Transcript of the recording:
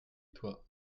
toi